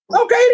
Okay